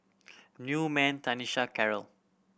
Newman Tanisha Karyl